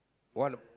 what